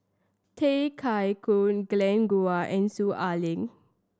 Tay Koi Glen Goei and Soon Ai Ling